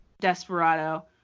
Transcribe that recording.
Desperado